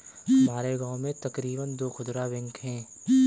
हमारे गांव में तकरीबन दो खुदरा बैंक है